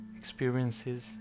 experiences